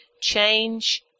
change